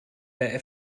der